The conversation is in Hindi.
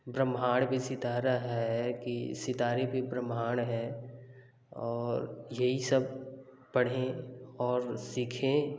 ब्रह्माण्ड भी सितारा है कि सितारे भी ब्रह्माण्ड हैं और यही सब पढ़ें और सीखें